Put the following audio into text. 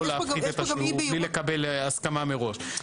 להרחיב את השיעור בלי לקבל הסכמה מראש.